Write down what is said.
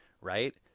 right